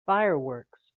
fireworks